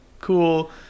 cool